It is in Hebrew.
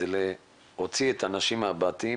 זה להוציא את האנשים מהבתים